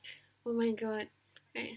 oh my god ah